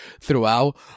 throughout